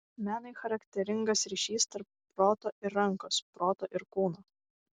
menui charakteringas ryšys tarp proto ir rankos proto ir kūno